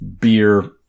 Beer